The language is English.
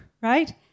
right